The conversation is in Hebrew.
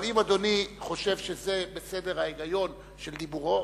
אבל אם אדוני חושב שזה בסדר ההיגיון של דיבורו,